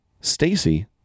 Stacy